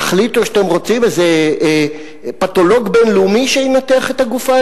תחליטו שאתם רוצים איזה פתולוג בין-לאומי שינתח את הגופה,